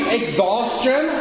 exhaustion